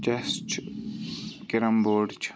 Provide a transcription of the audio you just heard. چَس چھُ کِرَمبوڑ چھُ